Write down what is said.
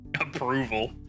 Approval